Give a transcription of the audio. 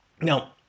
Now